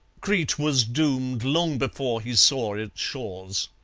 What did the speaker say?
crete was doomed long before he saw its shores.